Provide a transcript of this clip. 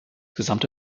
gesamte